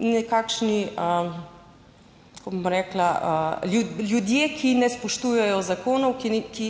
nekakšni tako, bom rekla, ljudje, ki ne spoštujejo zakonov,